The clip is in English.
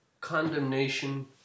condemnation